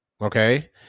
Okay